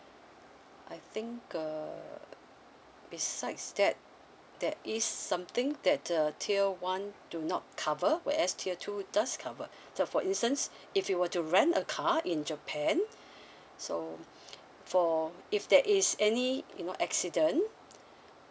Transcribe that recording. I think uh besides that that is something that a tier one do not cover whereas tier two does covered so for instance if you were to rent a car in japan so for if there is any you know accident